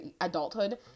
adulthood